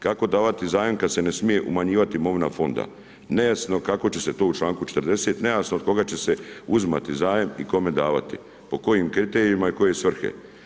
Kako davati zajam, kada se ne smije umanjivati imovina fonda, nejasno kako će se to u čl. 40. nejasno, od koga će se uzimati zajam i kome davati, po kojim kriterijima i koje svrhe.